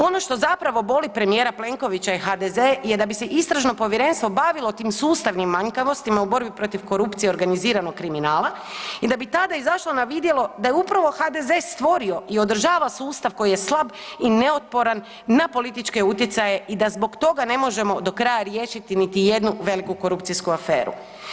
Ono što zapravo boli premijera Plenkovića i HDZ je da bi se istražno povjerenstvo bavilo tim sustavnim manjkavostima u borbi protiv korupcije i organiziranog kriminala i da bi tada izašlo na vidjelo da je upravo HDZ stvorio i održava sustav koji je slab i neotporan na političke utjecaje i da zbog toga ne možemo do kraja riješiti niti jednu veliku korupcijsku aferu.